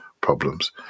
problems